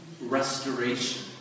restoration